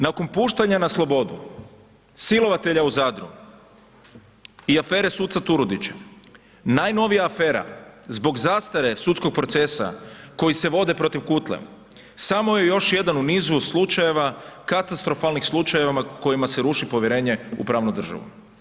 Nakon puštanja na slobodu, silovatelja u Zadru i afere suca Turudića, najnovija afera zbog zastare sudskog procesa koji se vode protiv Kutle, samo je još jedan u nizu slučajeva katastrofalnih slučajeva kojima se sruši povjerenje u pranu državu.